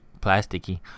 plasticky